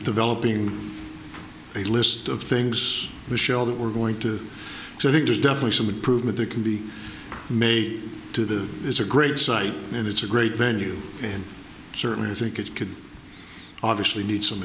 developing a list of things to show that we're going to so i think there's definitely some improvement there can be made to this is a great site and it's a great venue and certainly i think it could obviously need some